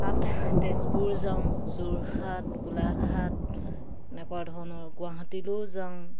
তাত তেজপুৰ যাওঁ যোৰহাট গোলাঘাট এনেকুৱা ধৰণৰ গুৱাহাটীলৈও যাওঁ